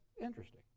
interesting